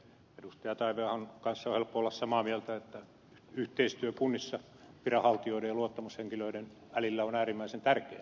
taiveahon kanssa on helppo olla samaa mieltä että yhteistyö kunnissa viranhaltijoiden ja luottamushenkilöiden välillä on äärimmäisen tärkeää